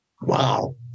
Wow